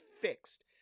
fixed